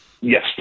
yes